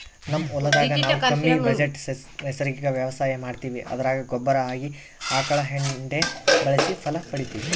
ನಮ್ ಹೊಲದಾಗ ನಾವು ಕಮ್ಮಿ ಬಜೆಟ್ ನೈಸರ್ಗಿಕ ವ್ಯವಸಾಯ ಮಾಡ್ತೀವಿ ಅದರಾಗ ಗೊಬ್ಬರ ಆಗಿ ಆಕಳ ಎಂಡೆ ಬಳಸಿ ಫಲ ಪಡಿತಿವಿ